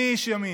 אני איש ימין.